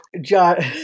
John